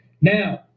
Now